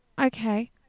okay